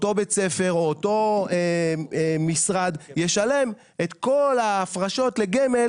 אותו בית ספר או אותו משרד ישלם את כל ההפרשות לגמל